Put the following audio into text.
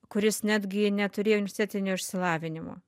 kuris netgi neturėjo universitetinio išsilavinimo